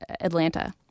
Atlanta